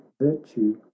virtue